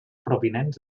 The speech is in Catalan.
provinents